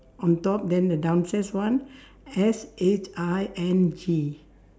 on top then the downstairs one S H I N G